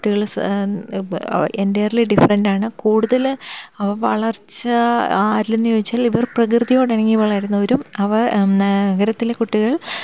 കുട്ടികൾ entirely different ആണ് കൂടുതൽ അവ വളർച്ച ആരിലെന്ന് ചോദിച്ചാൽ ഇവർ പ്രകൃതിയോട് ഇണങ്ങി വളരുന്നവരും അവർ നഗരത്തിലെ കുട്ടികൾ